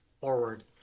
forward